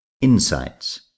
Insights